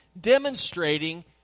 demonstrating